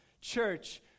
church